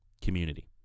community